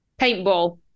Paintball